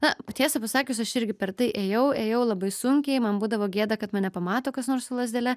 na tiesą pasakius aš irgi per tai ėjau ėjau labai sunkiai man būdavo gėda kad mane pamato kas nors su lazdele